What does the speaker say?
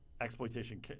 Exploitation